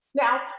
Now